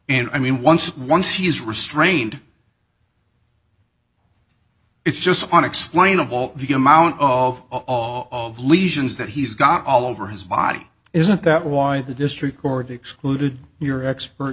and i mean once once he's restrained it's just unexplainable the amount of law of lesions that he's got all over his body isn't that why the district court excluded your expert